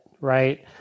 right